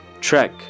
Trek